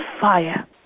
fire